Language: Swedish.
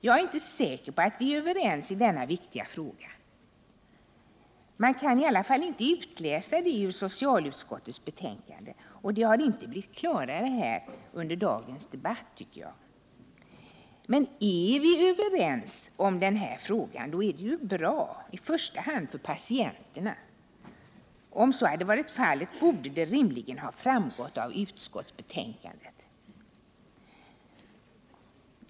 Jag är inte säker på att vi är överens i denna viktiga fråga. Man kan i alla fall inte utläsa det i socialutskottets betänkande, och det har inte blivit klarare på den punkten under dagens debatt, tycker jag. Men är vi överens om den här frågan är det ju bra i första hand för patienterna. Om så hade varit fallet borde det rimligen ha framgått av utskottsbetänkandet.